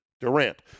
Durant